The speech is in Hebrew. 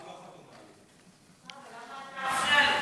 מירב לא חתומה.